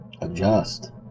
adjust